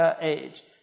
Age